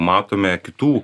matome kitų